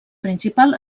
principal